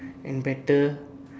and better